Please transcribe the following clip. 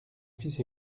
fils